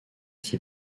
qui